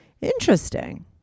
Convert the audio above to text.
Interesting